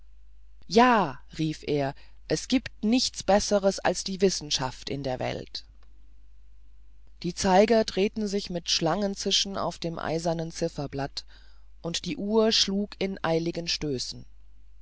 ja rief er es giebt nichts besseres als die wissenschaft in der welt die zeiger drehten sich mit schlangenzischen auf dem eisernen zifferblatt und die uhr schlug in eiligen stößen